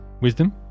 Wisdom